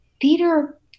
theater